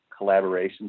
collaborations